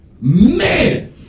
Man